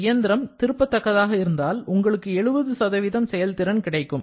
இந்த இயந்திரம் திருப்பத் தக்கதாக இருந்தால் உங்களுக்கு 70 செயல்திறன் கிடைக்கும்